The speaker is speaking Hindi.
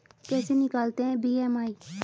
कैसे निकालते हैं बी.एम.आई?